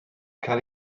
cael